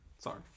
Sorry